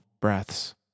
breaths